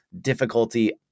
difficulty